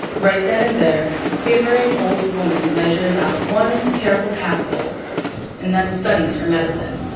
right then and there, the quivering old woman measures out one careful capful and then studies her medicine,